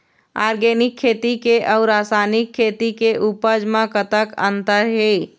Organic खेती के अउ रासायनिक खेती के उपज म कतक अंतर हे?